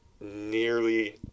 nearly